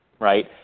right